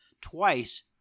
twice